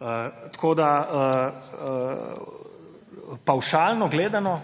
otrok. Pavšalno gledano,